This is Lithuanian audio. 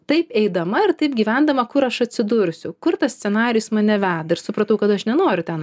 taip eidama ir taip gyvendama kur aš atsidursiu kur tas scenarijus mane veda ir supratau kad aš nenoriu ten